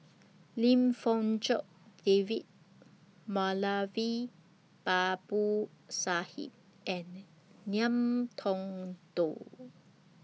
Lim Fong Jock David Moulavi Babu Sahib and Ngiam Tong Dow